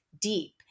deep